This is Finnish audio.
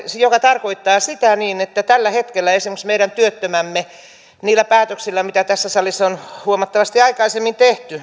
mikä tarkoittaa sitä että tällä hetkellä esimerkiksi meidän työttömämme niillä päätöksillä mitä tässä salissa on huomattavasti aikaisemmin tehty